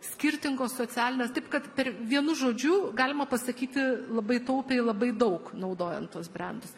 skirtingos socialinės taip kad per vienu žodžiu galima pasakyti labai taupiai labai daug naudojant tuos brendus